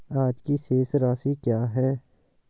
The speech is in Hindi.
आज की शेष राशि क्या है?